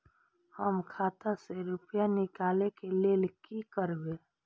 हम खाता से रुपया निकले के लेल की करबे?